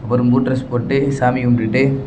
அப்புறம் புது ட்ரஸ் போட்டு சாமி கும்பிட்டுட்டு